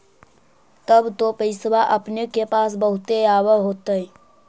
तब तो पैसबा अपने के पास बहुते आब होतय?